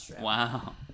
wow